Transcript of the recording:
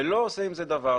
ולא עושה עם זה דבר.